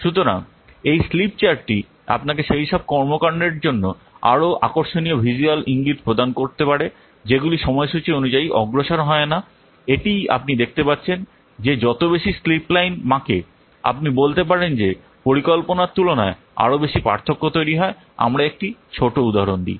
সুতরাং এই স্লিপ চার্টটি আপনাকে সেইসব কর্মকাণ্ডের জন্য আরও আকর্ষণীয় ভিজ্যুয়াল ইঙ্গিত প্রদান করতে পারে যেগুলি সময়সূচি অনুযায়ী অগ্রসর হয় না এটিই আপনি দেখতে পাচ্ছেন যে যত বেশি স্লিপ লাইন বাঁকে আপনি বলতে পারেন যে পরিকল্পনার তুলনায় আরও বেশি পার্থক্য তৈরি হয় আমরা একটি ছোট উদাহরণ নিই